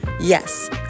Yes